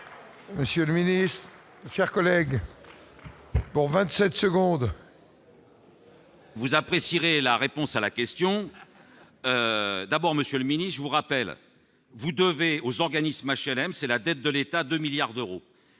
Monsieur le Ministre, chers collègues, dont 27 secondes. Vous apprécierez la réponse à la question d'abord Monsieur le mini-je vous rappelle, vous devez aux organismes HLM, c'est la dette de l'État 2 milliards d'euros,